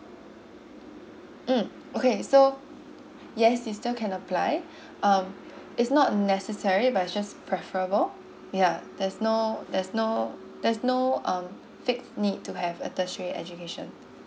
mm okay so yes you still can apply um it's not necessary but it's just preferable yeah there's no there's no there's no um fixed need to have a tertiary education